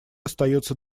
остается